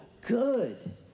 good